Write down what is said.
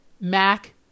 Mac